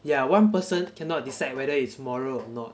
yeah one person cannot decide whether it's moral or not